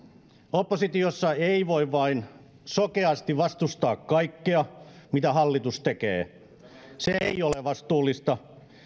oppositiossa ei voi vain sokeasti vastustaa kaikkea mitä hallitus tekee se ei ole vastuullista